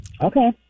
Okay